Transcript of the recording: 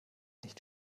nicht